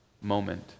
moment